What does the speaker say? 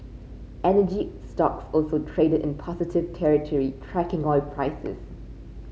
energy stocks also traded in positive territory tracking oil prices